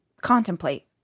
contemplate